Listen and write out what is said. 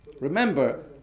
Remember